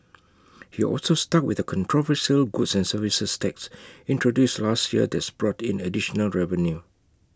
he also stuck with A controversial goods and services tax introduced last year that's brought in additional revenue